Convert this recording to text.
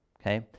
okay